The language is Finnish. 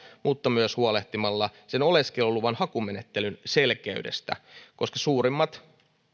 mutta myös huolehtimalla sen oleskeluluvan hakumenettelyn selkeydestä koska suurimmat